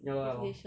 ya lor ya lor